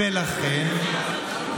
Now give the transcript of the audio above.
ולכן,